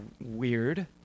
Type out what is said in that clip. weird